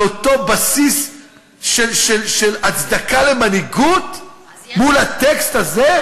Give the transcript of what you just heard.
לאותו בסיס של הצדקה למנהיגות, מול הטקסט הזה?